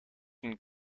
een